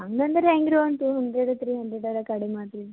ಹಂಗಂದ್ರೆ ಹೆಂಗ್ ರೀ ಒಂದು ಟು ಹಂಡ್ರೆಡ್ ತ್ರೀ ಹಂಡ್ರೆಡ್ ಆರು ಕಡಿಮೆ ಮಾಡಿರಿ